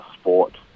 sport